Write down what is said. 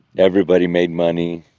everybody made money.